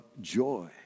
joy